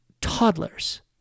toddlers